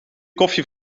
koffie